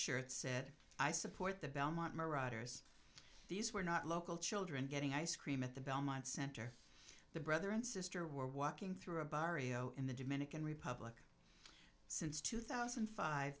shirt said i support the belmont marauders these were not local children getting ice cream at the belmont center the brother and sister were walking through a barrio in the dominican republic since two thousand